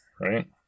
right